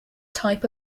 type